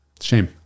shame